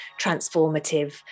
transformative